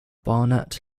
barnett